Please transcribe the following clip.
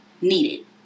needed